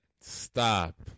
Stop